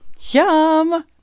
Yum